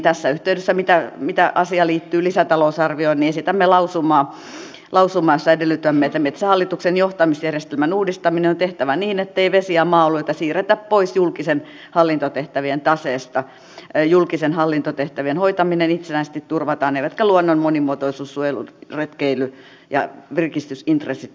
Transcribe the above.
tässä yhteydessä kun asia liittyy lisätalousarvioon esitämme lausumaa jossa edellytämme että metsähallituksen johtamisjärjestelmän uudistaminen on tehtävä niin ettei vesi ja maa alueita siirretä pois julkisten hallintotehtävien taseesta julkisten hallintotehtävien hoitaminen itsenäisesti turvataan eivätkä luonnon monimuotoisuus suojelu retkeily ja virkistysintressit vaarannu